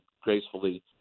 gracefully